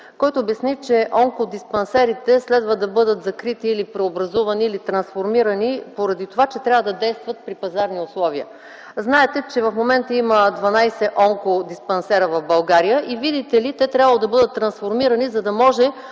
който обясни, че онкодиспансерите следва да бъдат закрити, преобразувани или трансформирани поради това, че трябва да действат при пазарни условия. Знаете, че в момента има дванадесет онкодиспансера в България. Видите ли, те трябвало да бъдат трансформирани, за да може